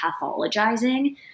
pathologizing